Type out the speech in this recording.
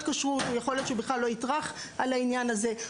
כשרות יכול להיות שהוא בכלל לא יטרח על העניין הזה,